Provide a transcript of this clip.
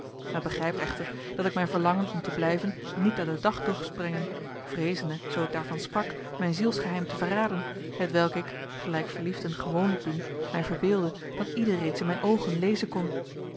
men begrijpt echter dat ik mijn verlangen om te blijven niet aan den dag dorst brengen vreezende zoo ik daarvan sprak mijn zielsgeheim te verraden hetwelk ik gelijk verliefden gewoonlijk doen mij verbeeldde dat ieder reeds in mijn oogen lezen kon